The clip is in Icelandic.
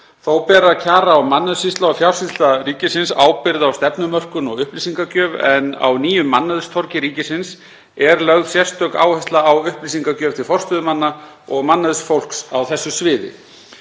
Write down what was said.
Þó bera kjara- og mannauðssýsla og Fjársýsla ríkisins ábyrgð á stefnumörkun og upplýsingagjöf, en á nýju mannauðstorgi ríkisins er lögð sérstök áhersla á upplýsingagjöf til forstöðumanna og mannauðsfólks á þessu sviði.